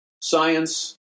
science